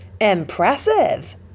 Impressive